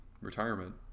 retirement